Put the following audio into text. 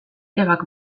ebak